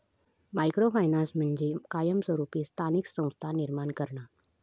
micro finance म्हणजे कायमस्वरूपी स्थानिक संस्था निर्माण करणा